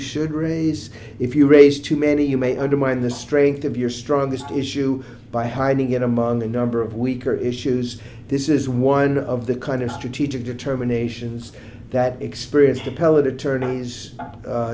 should raise if you raise too many you may undermine the strength of your strongest issue by hiding it among a number of weaker issues this is one of the kind of strategic determinations that experienced appellate attorneys